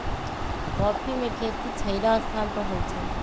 coffee में खेती छहिरा स्थान पर होइ छइ